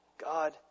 God